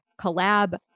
collab